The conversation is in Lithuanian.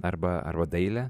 arba arba daile